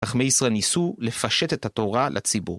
אך מייסרה ניסו לפשט את התורה לציבור.